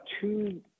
two